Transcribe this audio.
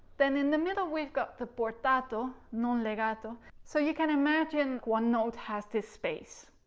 then in the middle we've got the portato, non-legato, so you can imagine one note has this space.